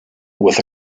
with